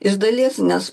iš dalies nes